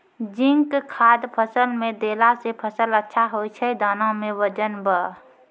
zinc खाद फ़सल मे देला से फ़सल अच्छा होय छै दाना मे वजन ब